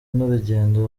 n’urugendo